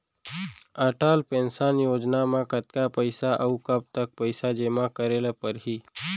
Atal pension योजना म कतका पइसा, अऊ कब तक पइसा जेमा करे ल परही?